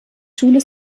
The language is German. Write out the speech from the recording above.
schule